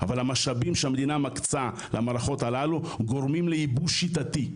אבל המשאבים שהמדינה מקצה למערכות הללו גורמים לייבוש שיטתי.